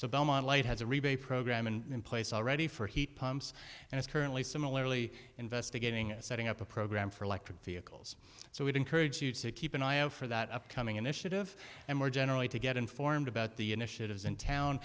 so belmont light has a rebate program and in place already for heat pumps and it's currently similarly investigating and setting up a program for electric vehicles so we've encouraged you to keep an eye out for that upcoming initiative and more generally to get informed about the initiatives in town